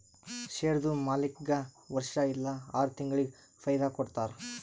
ಶೇರ್ದು ಮಾಲೀಕ್ಗಾ ವರ್ಷಾ ಇಲ್ಲಾ ಆರ ತಿಂಗುಳಿಗ ಫೈದಾ ಕೊಡ್ತಾರ್